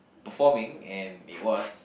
performing and it was